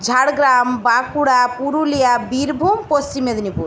Jhargram Bankura Purulia Birbhum Paschim Medinipur